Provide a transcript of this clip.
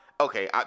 Okay